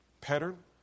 pattern